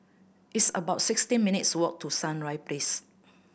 it's about sixteen minutes' walk to Sunrise Place